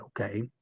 okay